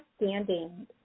Understanding